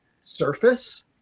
surface